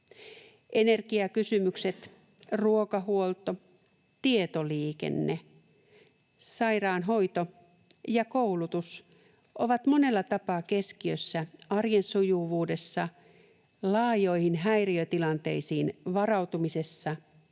Energiakysymykset, ruokahuolto, tietoliikenne, sairaanhoito ja koulutus ovat monella tapaa keskiössä arjen sujuvuudessa, laajoihin häiriötilanteisiin varautumisessa